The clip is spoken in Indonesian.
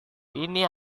ini